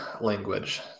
language